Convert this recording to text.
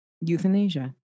Euthanasia